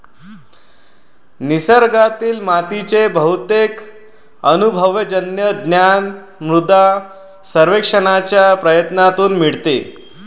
निसर्गातील मातीचे बहुतेक अनुभवजन्य ज्ञान मृदा सर्वेक्षणाच्या प्रयत्नांतून मिळते